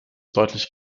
deutlich